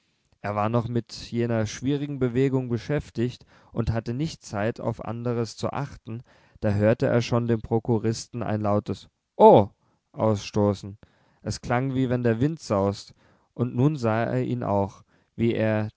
er war noch mit jener schwierigen bewegung beschäftigt und hatte nicht zeit auf anderes zu achten da hörte er schon den prokuristen ein lautes oh ausstoßen es klang wie wenn der wind saust und nun sah er ihn auch wie er